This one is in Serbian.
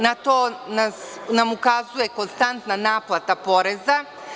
Na to nam ukazuje konstantna naplata poreza.